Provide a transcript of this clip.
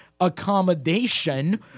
accommodation